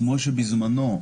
כמו שבזמנו,